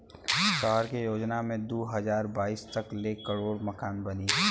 सहर के योजना मे दू हज़ार बाईस तक ले करोड़ मकान बनी